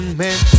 man